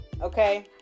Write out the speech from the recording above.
okay